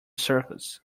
circus